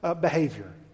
behavior